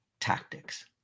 tactics